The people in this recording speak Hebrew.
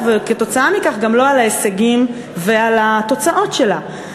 וכתוצאה מכך גם לא על ההישגים ועל התוצאות שלה,